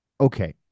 okay